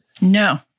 No